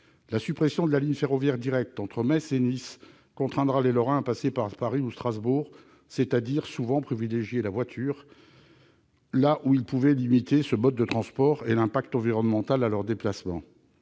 La suppression de la ligne ferroviaire directe entre Metz et Nice contraindra les Lorrains à passer par Paris ou Strasbourg, c'est-à-dire, souvent, à privilégier la voiture, alors que l'utilisation de ce mode de transport et son impact environnemental pouvaient